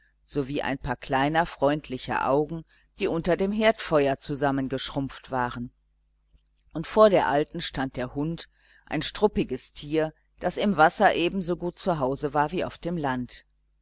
sowie ein paar kleiner freundlicher augen die unter dem herdfeuer zusammengeschrumpft waren und vor der alten stand der hund ein struppiges tier das im wasser ebensogut zu hause war wie auf dem land